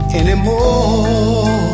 anymore